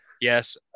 Yes